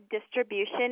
distribution